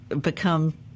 become